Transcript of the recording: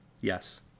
yes